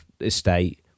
estate